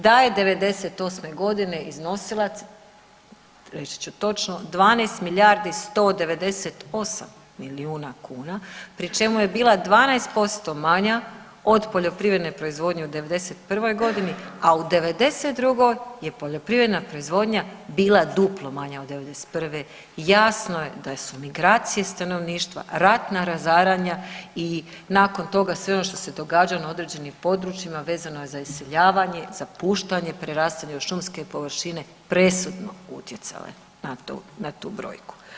Da je '98. godine iznosila reći ću točno 12 milijardi 198 milijuna kuna pri čemu je bila 12% manja od poljoprivredne proizvodnje u '91. godini, a u '92. je poljoprivredna proizvodnja bila duplo manja od '91. i jasno je da su migracije stanovništva, ratna razaranja i nakon toga sve ono što se događalo na određenim područjima vezano je za iseljavanje, zapuštanje, prerastanje u šumske površine presudno utjecale na tu, na tu brojku.